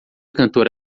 cantora